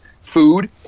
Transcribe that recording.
food